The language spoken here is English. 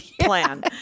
plan